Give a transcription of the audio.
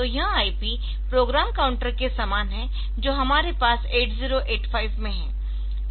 तो यह IP program counter के समान है जो हमारे पास 8085 में है